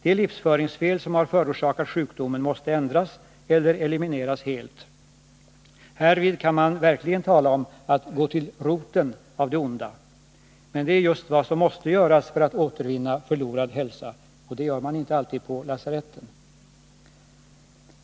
De livsföringsfel som har förorsakat sjukdomen måste ändras eller elimineras helt. Härvid kan man verkligen tala om att gå till roten med det onda — men det är just vad som måste göras för att återvinna förlorad hälsa, och det gör man inte alltid på lasaretten.